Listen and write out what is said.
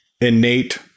innate